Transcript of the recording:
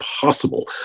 possible